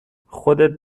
خودت